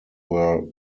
were